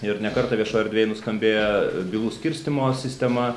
ir ne kartą viešoj erdvėj nuskambėjo bylų skirstymo sistema